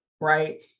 right